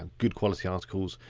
and good quality articles,